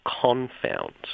confounds